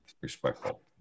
respectful